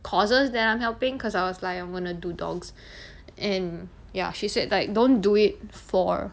causes that I'm helping cause I was like I'm gonna do dogs and ya she said like don't do it for